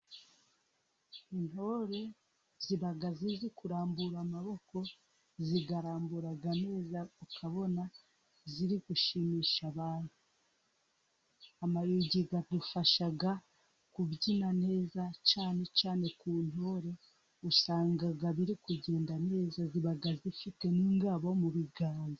Intore ziba zizi kurambura amaboko, ziyarambura neza ukabona ziri gushimisha abantu, amayugi adufasha kubyina neza cyane cyane ku ntore usanga biri kugenda neza ziba zifite n'ingabo mu biganza.